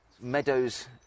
meadows